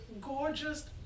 gorgeous